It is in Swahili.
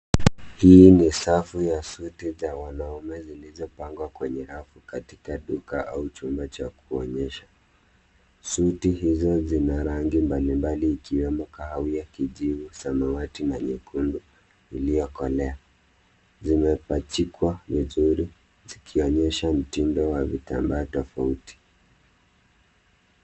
Hii ni safu ya suti za wanaume zilizopangwa kwenye rafu katika duka au chumba cha kuonyesha. Suti hizo zina rangi mbali mbali ikiwemo kahawia, kijivu, samawati na nyekundu iliyokolea. Zimepachikwa vizuri zikionyesha mtindo wa vitambaa tofauti.